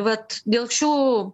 vat dėl šių